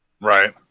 right